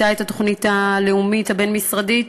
הייתה התוכנית הלאומית הבין-משרדית,